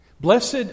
Blessed